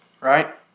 right